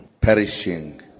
perishing